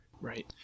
Right